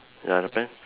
ya the pants